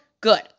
good